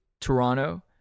Toronto